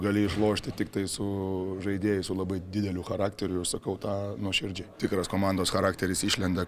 gali išlošti tiktai su žaidėjais su labai dideliu charakteriu sakau tą nuoširdžiai tikras komandos charakteris išlenda